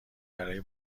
برای